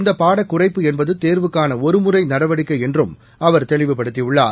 இந்தபாடக்குறைப்பு என்பததோவுக்கானஒருமுறைநடவடிக்கைஎன்றும் அவர் தெளிவுபடுத்தியுள்ளார்